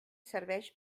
serveix